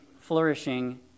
flourishing